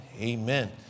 amen